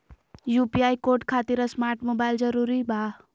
UPI code खातिर smart mobile जरूरी बा?